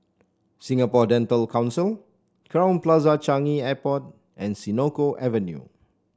Singapore Dental Council Crowne Plaza Changi Airport and Senoko Avenue